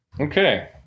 Okay